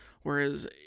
Whereas